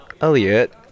Elliot